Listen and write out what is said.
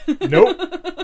Nope